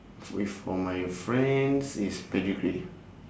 with for my friends it's pedigree